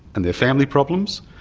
and their family problems.